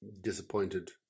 Disappointed